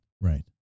Right